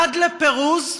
עד לפירוז.